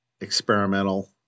experimental